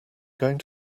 going